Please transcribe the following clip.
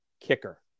kicker